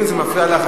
אם זה מפריע לך,